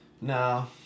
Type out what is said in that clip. No